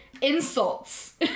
insults